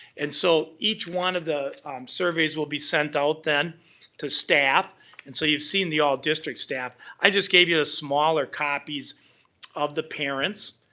and so, each one of the surveys will be sent out then to staff and so you've seen the all district staff. i just gave you a smaller copies of the parents'.